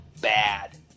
bad